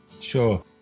Sure